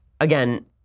Again